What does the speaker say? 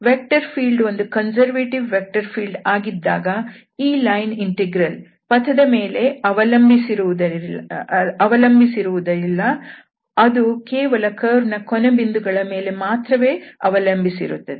vector field ಒಂದು conservative vector field ಆಗಿದ್ದಾಗ ಈ ಲೈನ್ ಇಂಟೆಗ್ರಲ್ ಪಥ ದ ಮೇಲೆ ಅವಲಂಬಿಸಿರುವುದಿಲ್ಲ ಅದು ಕೇವಲ ಕರ್ವ್ನ ಕೊನೆ ಬಿಂದುಗಳ ಮೇಲೆ ಮಾತ್ರವೇ ಅವಲಂಬಿಸಿರುತ್ತದೆ